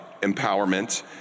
empowerment